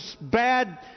bad